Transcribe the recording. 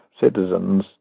citizens